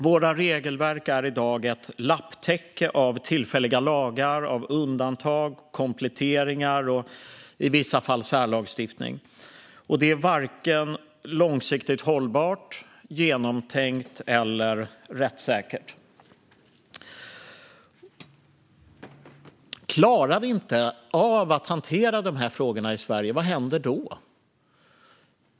Våra regelverk är i dag ett lapptäcke av tillfälliga lagar, undantag, kompletteringar och i vissa fall särlagstiftning. Det är varken långsiktigt hållbart, genomtänkt eller rättssäkert. Vad händer om vi inte klarar av att hantera de frågorna i Sverige?